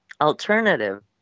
alternative